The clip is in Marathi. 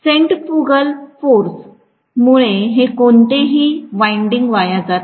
सेण्ट्रिफुगल फोर्स मुळे हे कोणतेही वाइंडिंग वाया जाणार नाही